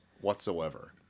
Whatsoever